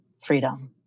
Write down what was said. freedom